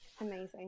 Amazing